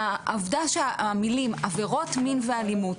העובדה שהמילים "עבירות מין ואלימות"